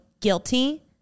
guilty